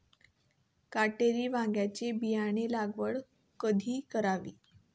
काटेरी वांग्याची बियाणे लागवड कधी करावी?